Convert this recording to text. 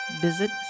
Visit